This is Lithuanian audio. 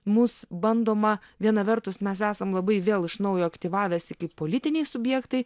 mus bandoma viena vertus mes esam labai vėl iš naujo aktyvavęsi kaip politiniai subjektai